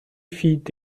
fit